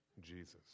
Jesus